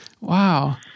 Wow